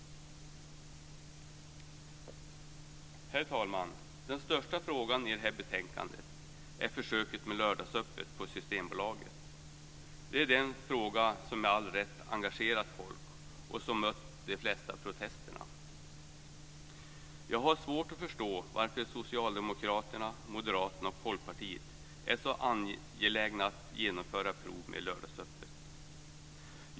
Herr talman! Den största frågan i det här betänkandet är försöket med lördagsöppet på Systembolaget. Det är den fråga som med all rätt engagerat folk och som mött de flesta protesterna. Jag har svårt att förstå varför Socialdemokraterna, Moderaterna och Folkpartiet är så angelägna om att genomföra prov med lördagsöppet.